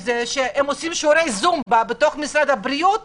עם זה שהם עושים שיעורי זומבה בתוך משל"ט